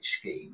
scheme